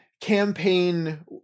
campaign